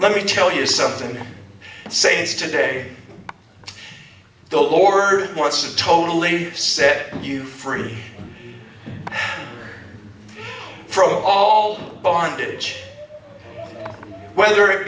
let me tell you something sayings today the lord wants to totally set you free pro all bondage whether it